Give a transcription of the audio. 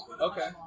Okay